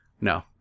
no